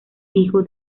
hijo